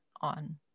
on